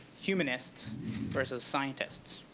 humanists versus scientists.